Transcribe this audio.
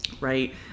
right